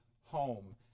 home